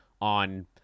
on